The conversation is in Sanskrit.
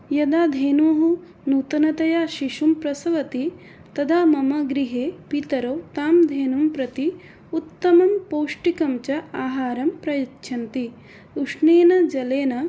यदा धेनुः नूतनतया शिशुं प्रसौति तदा मम गृहे पितरौ तां धेनुं प्रति उत्तमं पौष्टिकं च आहारं प्रयच्छन्ति उष्णेन जलेन